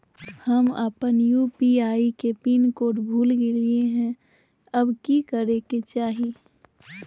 हम अपन यू.पी.आई के पिन कोड भूल गेलिये हई, अब की करे के चाही?